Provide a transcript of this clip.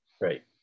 right